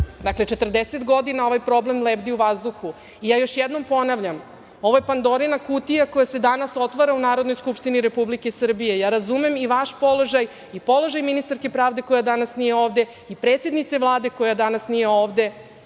Dakle, 40 godina ovaj problem lebdi u vazduhu. Ja još jednom ponavljam, ovo je Pandorina kutija koja se danas otvara u Narodnoj skupštini Republike Srbije. Ja razumem i vaš položaj i položaj ministarke pravde koja danas nije ovde i predsednice Vlade koja danas nije ovde.